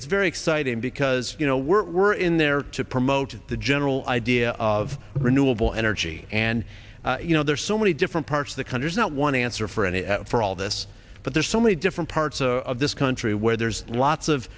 it's very exciting because you know we're in there to promote the general idea of renewable energy and you know there are so many different parts of the country is not one answer for an for all this but there's so many different parts of this country where there's lots of